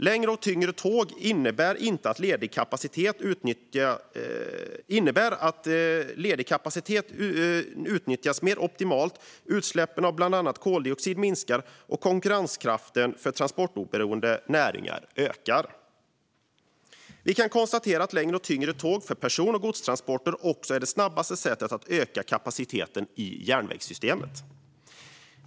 Längre och tyngre tåg innebär att ledig kapacitet utnyttjas mer optimalt, att utsläppen av bland annat koldioxid minskar och att konkurrenskraften för transportberoende näringar ökar. Vi kan konstatera att längre och tyngre tåg för person och godstransporter också är det snabbaste sättet att öka kapaciteten i järnvägssystemet.